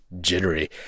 jittery